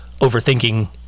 overthinking